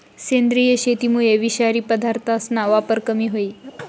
सेंद्रिय शेतीमुये विषारी पदार्थसना वापर कमी व्हयी